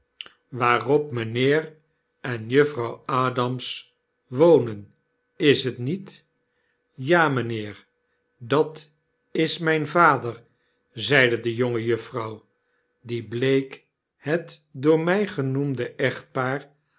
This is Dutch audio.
op mynheer en juffrouw adams wonen is t niet ja mynheer dat is mijn vader zeide de jongejuffrouw die bleek het door my genoemde echtpaar